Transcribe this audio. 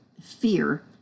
fear